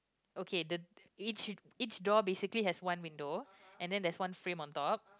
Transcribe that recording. okay the each door basically has one window and then there's one frame on top